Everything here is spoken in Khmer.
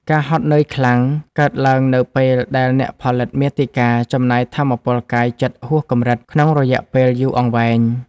ការហត់នឿយខ្លាំង កើតឡើងនៅពេលដែលអ្នកផលិតមាតិកាចំណាយថាមពលកាយចិត្តហួសកម្រិត ក្នុងរយៈពេលយូរអង្វែង។